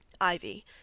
Ivy